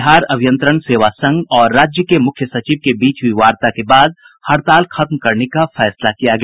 बिहार अभियंत्रण सेवा संघ और राज्य के मुख्य सचिव के बीच हुयी वार्ता के बाद हड़ताल खत्म करने का फैसला किया गया